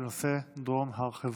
בנושא: דרום הר חברון.